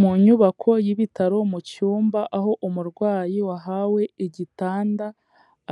Mu nyubako y'ibitaro mu cyumba aho umurwayi wahawe igitanda